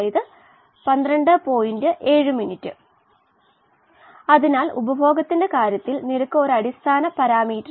ഇനി ഓക്സിജൻ വിതരണം നോക്കാം അതിനു മുമ്പ് ഞാൻ ഒരു കാര്യം പറയാം ഡിഒയെ കുറിച്ച് അറിയേണ്ടതുണ്ട്